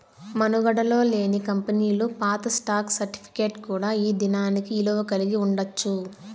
మనుగడలో లేని కంపెనీలు పాత స్టాక్ సర్టిఫికేట్ కూడా ఈ దినానికి ఇలువ కలిగి ఉండచ్చు